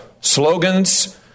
slogans